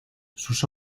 sus